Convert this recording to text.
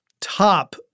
top